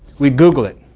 we google it.